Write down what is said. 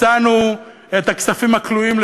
מצאנו את הכספים הכלואים,